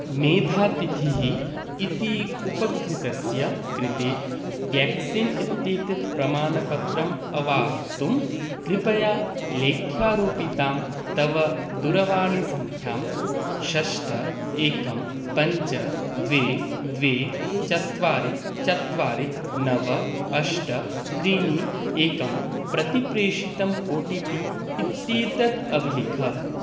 मेधातिथिः इति उपकृतस्य कृते व्याक्सीन् इत्येतत् प्रमाणपत्रम् अवाहर्तुं कृपया लेख्यारोपितां तव दूरवाणीसङ्ख्यां षट् एकं पञ्च द्वे द्वे चत्वारि चत्वारि नव अष्ट त्रीणि एकं प्रति प्रेषितम् ओ टि पि इत्येतत् अवलिख